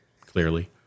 clearly